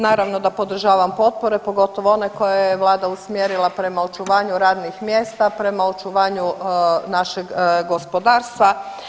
naravno da podržavam potpore pogotovo one koje je vlada usmjerila prema očuvanju radnih mjesta, prema očuvanju našeg gospodarstva.